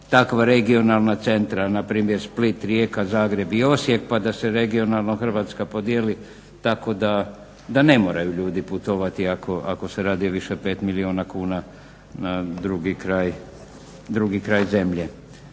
takva regionalna centra na primjer Split, Rijeka, Zagreb i Osijek pa da se regionalno Hrvatska podijeli tako da ne moraju ljudi putovati ako se radi o više od pet milijuna kuna drugi kraj zemlje.